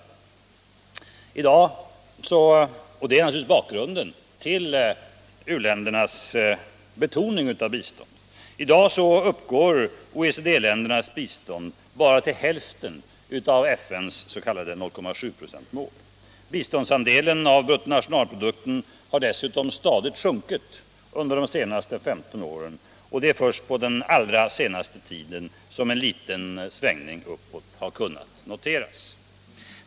Detta är naturligtvis bakgrunden till u-ländernas betoning av biståndet. I dag uppgår OECD-ländernas bistånd bara till hälften av FN:s s.k. 0,7-procentsmål. Biståndsandelen av bruttonationalprodukten har dessutom stadigt sjunkit under de senaste 15 åren, och det är först under den allra senaste tiden som en liten omsvängning uppåt har kunnat noteras.